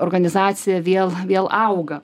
organizacija vėl vėl auga